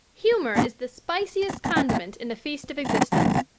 humor is the spiciest condiment in the feast of existence.